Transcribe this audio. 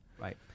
Right